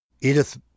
Edith